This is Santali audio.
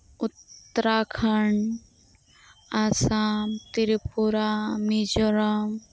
ᱩᱛᱛᱚᱨᱟᱠᱷᱚᱸᱰ ᱟᱥᱟᱢ ᱛᱨᱤᱯᱩᱨᱟ ᱢᱤᱡᱳᱨᱟᱢ